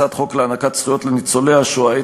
הצעת חוק להענקת זכויות לניצולי השואה,